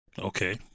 Okay